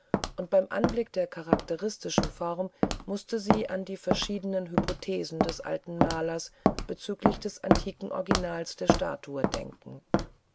und beim anblick der charakteristischen form mußte sie an die verschiedenen hypothesen des alten malers bezüglich des antiken originales der statue denken